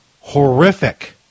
horrific